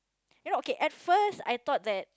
you know okay at first I thought that